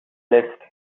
list